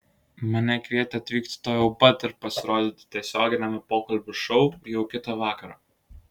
mane kvietė atvykti tuojau pat ir pasirodyti tiesioginiame pokalbių šou jau kitą vakarą